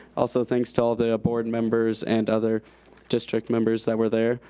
also thanks to all the board members and other district members that were there.